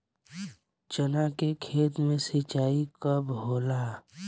चना के खेत मे सिंचाई कब होला?